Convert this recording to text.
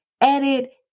edit